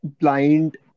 blind